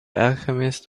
alchemist